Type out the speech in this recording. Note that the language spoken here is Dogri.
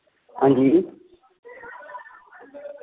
हांजी